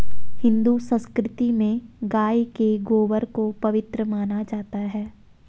हिंदू संस्कृति में गाय के गोबर को पवित्र माना जाता है